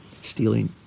stealing